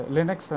Linux